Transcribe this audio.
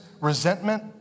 resentment